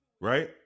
right